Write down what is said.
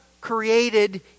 created